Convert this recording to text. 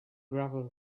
gravel